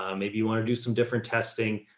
um maybe you want to do some different testing.